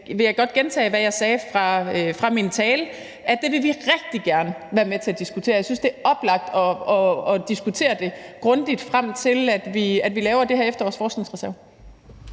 vil jeg godt gentage, hvad jeg sagde i min tale, nemlig at det vil vi rigtig gerne være med til at diskutere, og jeg synes, det er oplagt at diskutere det grundigt, frem til at vi ser på det her i efterårets forskningsreserve.